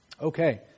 Okay